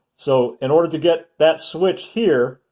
so in order to get that switch here,